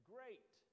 Great